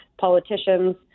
politicians